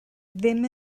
ddim